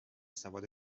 سواد